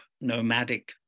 nomadic